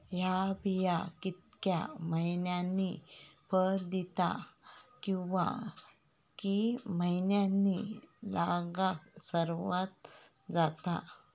हया बिया कितक्या मैन्यानी फळ दिता कीवा की मैन्यानी लागाक सर्वात जाता?